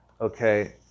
okay